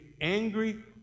angry